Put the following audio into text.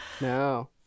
No